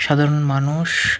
সাধারণ মানুষ